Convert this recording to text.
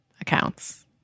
accounts